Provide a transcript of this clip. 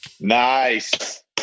Nice